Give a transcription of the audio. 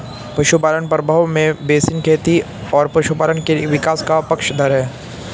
पशुपालन प्रभाव में बेसिन खेती और पशुपालन के विकास का पक्षधर है